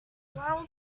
while